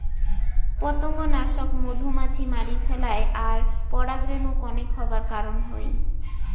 পতঙ্গনাশক মধুমাছি মারি ফেলায় আর পরাগরেণু কনেক হবার কারণ হই